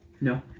No